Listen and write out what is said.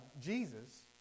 Jesus